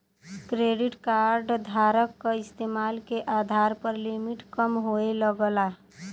credit card धारक क इस्तेमाल के आधार पर लिमिट कम होये लगला